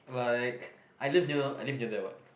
like I live near I live near there what